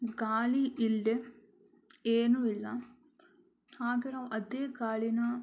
ಗಾಳಿ ಇಲ್ಲದೆ ಏನು ಇಲ್ಲ ಹಾಗೆ ನಾವು ಅದೇ ಗಾಳಿನ